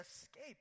escape